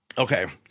Okay